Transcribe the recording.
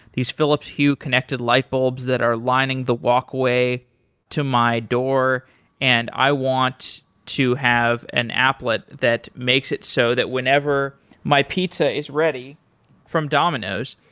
these phillips hue connected light bulbs that are lining the walkway to my door and i want to have an applet that makes it so that whenever my pizza is ready from domino's,